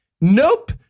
nope